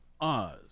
Oz